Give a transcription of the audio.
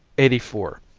eighty four.